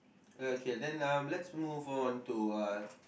okay then um let's move on to uh